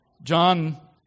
John